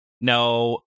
No